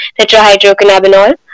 tetrahydrocannabinol